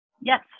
Yes